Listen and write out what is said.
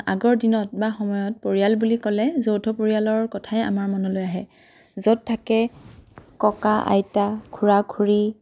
আগৰ দিনত বা সময়ত পৰিয়াল বুলি ক'লে যৌথ পৰিয়ালৰ কথাই আমাৰ মনলৈ আহে য'ত থাকে ককা আইতা খুৰা খুৰী